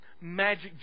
Magic